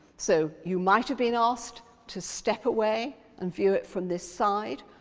so you might have been asked to step away and view it from this side,